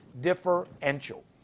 differential